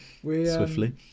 Swiftly